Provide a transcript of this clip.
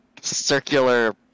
circular